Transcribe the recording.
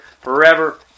forever